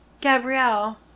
Gabrielle